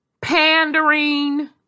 pandering